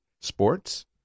sports